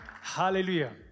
hallelujah